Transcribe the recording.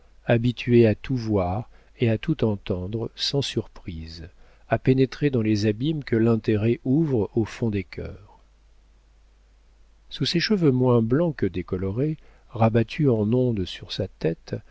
habitués à tout voir et à tout entendre sans surprise à pénétrer dans les abîmes que l'intérêt ouvre au fond des cœurs sous ses cheveux moins blancs que décolorés rabattus en ondes sur sa tête